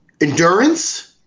Endurance